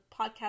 podcast